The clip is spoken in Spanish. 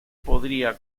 podría